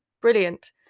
brilliant